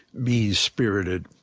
mean-spirited.